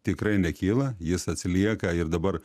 tikrai nekyla jis atsilieka ir dabar